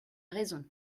raison